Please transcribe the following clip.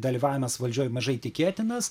dalyvavimas valdžioj mažai tikėtinas